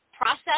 process